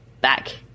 back